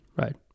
right